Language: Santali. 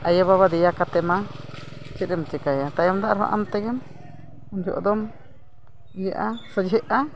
ᱟᱭᱳᱼᱵᱟᱵᱟ ᱫᱮᱭᱟ ᱠᱟᱛᱮᱫ ᱢᱟ ᱪᱮᱫ ᱮᱢ ᱪᱤᱠᱟᱹᱭᱟ ᱛᱟᱭᱚᱢ ᱫᱚ ᱟᱨᱦᱚᱸ ᱟᱢ ᱛᱮᱜᱮᱢ ᱟᱫᱚᱢ ᱥᱚᱡᱷᱮᱜᱼᱟ